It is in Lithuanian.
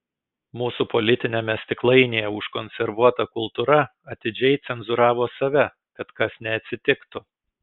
mūsų politiniame stiklainyje užkonservuota kultūra atidžiai cenzūravo save kad kas neatsitiktų